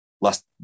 last